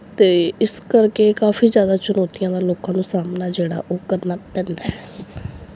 ਅਤੇ ਇਸ ਕਰਕੇ ਕਾਫੀ ਜ਼ਿਆਦਾ ਚੁਣੌਤੀਆਂ ਦਾ ਲੋਕਾਂ ਨੂੰ ਸਾਹਮਣਾ ਜਿਹੜਾ ਉਹ ਕਰਨਾ ਪੈਂਦਾ ਹੈ